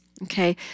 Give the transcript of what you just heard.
Okay